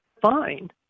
fine